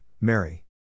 Mary